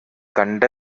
கண்ட